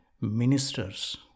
ministers